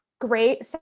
great